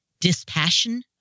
dispassion